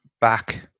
back